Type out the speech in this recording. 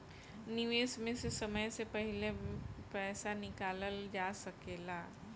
निवेश में से समय से पहले पईसा निकालल जा सेकला?